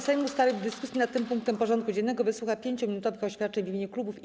Sejm ustalił, że w dyskusji nad tym punktem porządku dziennego wysłucha 5-minutowych oświadczeń w imieniu klubów i kół.